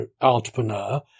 entrepreneur